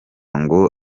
ngo